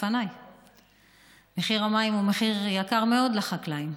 מחיר המים הוא יקר מאוד לחקלאים.